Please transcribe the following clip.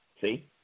See